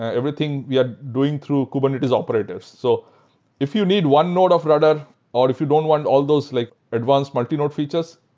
everything, we are doing through kubernetes operators. so if you need one node of rudder or if you don't want all those like advance multi-node features.